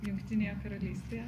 jungtinėje karalystėje